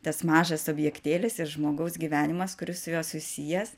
tas mažas objektėlis ir žmogaus gyvenimas kuris su juo susijęs